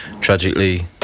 tragically